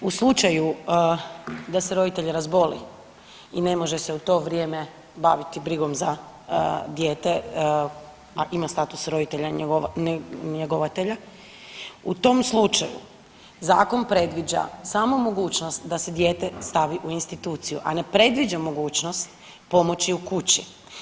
U slučaju da se roditelj razboli i ne može se u to vrijeme baviti brigom za dijete, a ima status roditelja njegovatelja, u tom slučaju zakon predviđa smo mogućnost da se dijete stavi u instituciju, a ne predviđa mogućnost pomoći u kući.